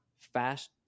fast